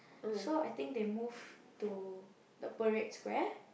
so I think they move to the parade square